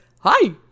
hi